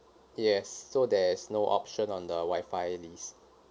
yes so there's no option on the wi-fi list